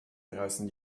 draußen